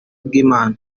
bw’imana